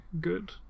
good